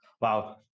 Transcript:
Wow